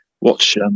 watch